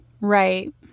Right